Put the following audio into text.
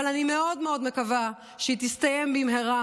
אבל אני מאוד מאוד מקווה שהיא תסתיים במהרה,